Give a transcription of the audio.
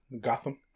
gotham